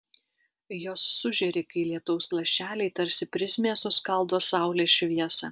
jos sužėri kai lietaus lašeliai tarsi prizmė suskaldo saulės šviesą